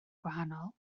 gwahanol